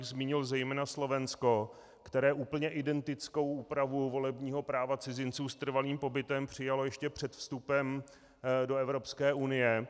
Zmínil bych zejména Slovensko, které úplně identickou úpravu volebního práva cizinců s trvalým pobytem přijalo ještě před vstupem do Evropské unie.